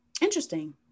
interesting